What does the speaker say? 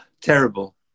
Terrible